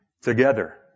together